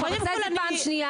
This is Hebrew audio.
את כבר עושה את זה פעם שנייה.